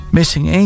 Missing